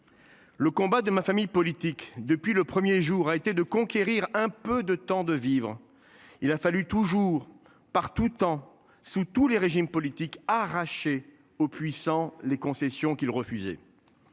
Le combat de ma famille politique depuis le 1er jour a été de conquérir un peu de temps de vivre. Il a fallu toujours par tout temps sous tous les régimes politiques arraché aux puissants les concessions qu'il refusait.